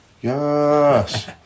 Yes